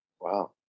Wow